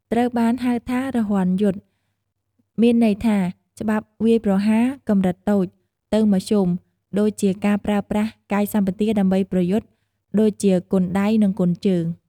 ត្រូវបានហៅថា "រហ័នយុទ្ធ" មានន័យថា ច្បាប់វាយប្រហារ កម្រិតតូច ទៅមធ្យម ដូចជាការប្រើប្រាសកាយសម្បទាដើម្បីប្រយុទ្ធ ដូចជាគុនដៃ និងគុនជើង។